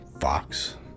Fox